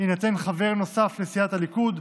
יהיה חבר נוסף לסיעת הליכוד,